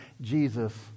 Jesus